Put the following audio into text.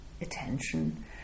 attention